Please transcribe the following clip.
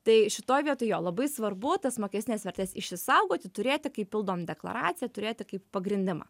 tai šitoj vietoj jo labai svarbu tas mokestines vertes išsisaugoti turėti kai pildom deklaraciją turėti kaip pagrindimą